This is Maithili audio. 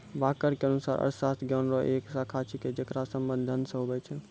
वाकर के अनुसार अर्थशास्त्र ज्ञान रो एक शाखा छिकै जेकर संबंध धन से हुवै छै